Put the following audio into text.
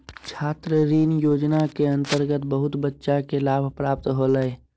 छात्र ऋण योजना के अंतर्गत बहुत बच्चा के लाभ प्राप्त होलय